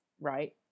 Right